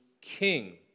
king